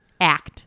Act